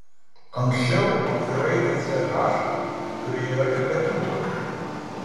anksčiau dviraidį ch turėjo ir lietuvių kalba